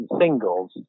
singles